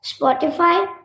Spotify